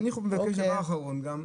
דבר אחרון גם,